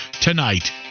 tonight